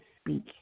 speak